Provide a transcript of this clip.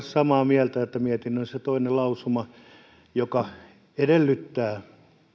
samaa mieltä kuin mietinnössä toinen lausuma joka edellyttää